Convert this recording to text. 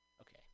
Okay